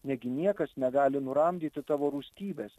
negi niekas negali nuramdyti tavo rūstybės